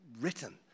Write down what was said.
written